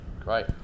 Great